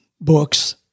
books